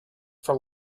for